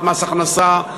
מס הכנסה,